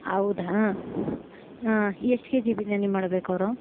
ಹೌದಾ ಆಂ ಎಷ್ಟು ಕೆ ಜಿ ಬಿರಿಯಾನಿ ಮಾಡ್ಬೇಕವರು